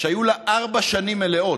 שהיו לה ארבע שנים מלאות,